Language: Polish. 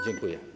Dziękuję.